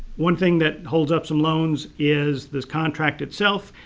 one thing that holds up some loans is the contract itself.